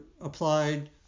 applied